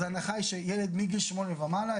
אז ההנחה היא שילד מגיל 8 ומעלה,